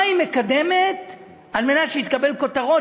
מה היא מקדמת כדי שהיא תקבל כותרות,